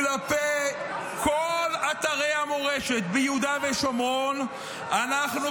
כלפי כל אתרי המורשת ביהודה ושומרון אנחנו,